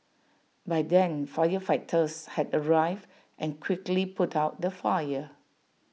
by then firefighters had arrived and quickly put out the fire